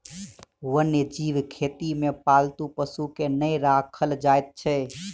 वन्य जीव खेती मे पालतू पशु के नै राखल जाइत छै